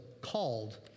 called